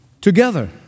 together